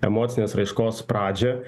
emocinės raiškos pradžią